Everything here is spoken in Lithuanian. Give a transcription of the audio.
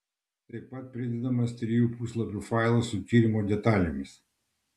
prie stenogramos taip pat pridedamas trijų puslapių failas su tyrimo detalėmis